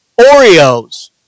Oreos